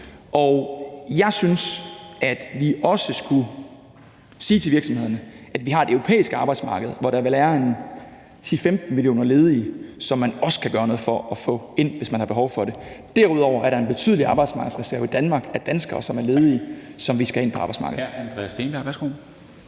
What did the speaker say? Jeg synes, at vi også skulle sige til virksomhederne, at vi har et europæisk arbejdsmarked, hvor der vel er 10-15 millioner ledige, som man også kan gøre noget for at få ind, hvis man har behov for det. Derudover er der i Danmark en betydelig arbejdsmarkedsreserve af danskere, som er ledige, og som vi skal have ind på arbejdsmarkedet.